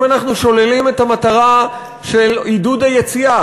אם אנחנו שוללים את המטרה של עידוד היציאה,